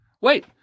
wait